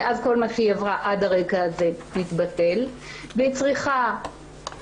ואז כל מה שהיא עברה עד לרגע הזה מתבטל והיא צריכה לעצור,